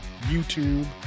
YouTube